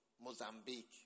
Mozambique